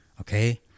Okay